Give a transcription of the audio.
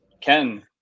Ken